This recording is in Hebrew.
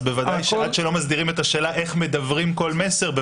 אז בוודאי שעד שלא מסדירים את השאלה איך מדוורים כל מסר,